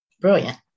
brilliant